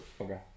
Okay